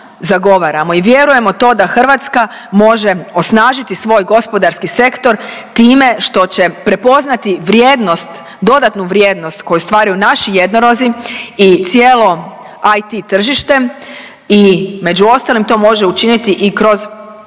i vjerujemo to da Hrvatska može osnažiti svoj gospodarski sektor time što će prepoznati vrijednost, dodatnu vrijednost koju stvaraju naši jednorozi i cijelo IT tržište i među ostalim, to može učiniti i kroz način